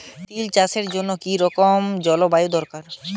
তিল চাষের জন্য কি রকম জলবায়ু দরকার?